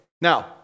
now